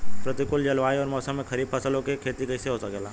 प्रतिकूल जलवायु अउर मौसम में खरीफ फसलों क खेती कइसे हो सकेला?